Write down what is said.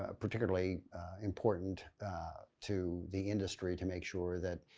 ah particularly important to the industry to make sure that